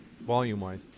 volume-wise